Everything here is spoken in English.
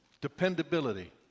dependability